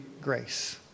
grace